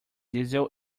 diesel